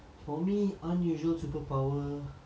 for me unusual superpower